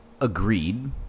agreed